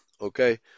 okay